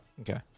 Okay